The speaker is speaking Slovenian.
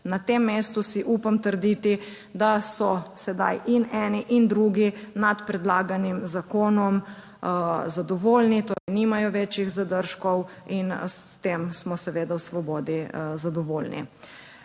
Na tem mestu si upam trditi, da so sedaj in eni in drugi nad predlaganim zakonom zadovoljni torej nimajo večjih zadržkov in s tem smo seveda v Svobodi zadovoljni.